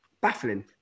baffling